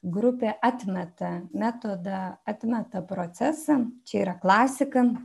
grupė atmeta metodą atmeta procesą čia yra klasika